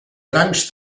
grans